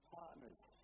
partners